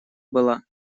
было